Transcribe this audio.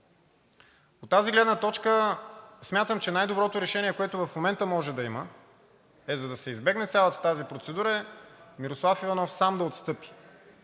От тази гледна точка смятам, че най-доброто решение, което в момента може да има, за да се избегне цялата тази процедура, е Мирослав Иванов сам да отстъпи,